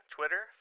Twitter